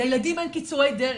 לילדים אין קיצורי דרך.